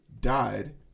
died